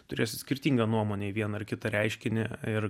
turi skirtingą nuomonę vieną ar kitą reiškinį ir